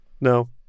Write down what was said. No